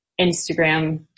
Instagram